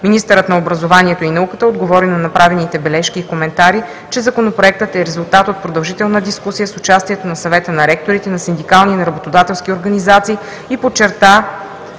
Министърът на образованието и науката отговори на направените бележки и коментари, че Законопроектът е резултат от продължителна дискусия с участието на Съвета на ректорите, на синдикални и на работодателски организации и подчерта